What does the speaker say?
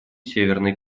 северной